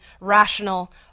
Rational